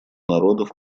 народов